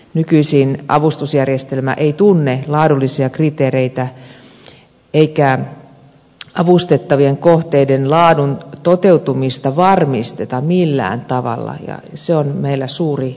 nykyisin avustusjärjestelmä ei tunne laadullisia kriteereitä eikä avustettavien kohteiden laadun toteutumista varmisteta millään tavalla ja se on meillä suuri ongelma